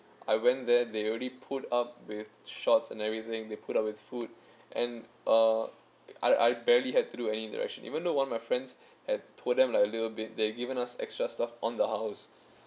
I went there they already put up with shots and everything they put up with food and uh I I barely had to do any interaction even though one my friends had told them like a little bit they've given us extra stuff on the house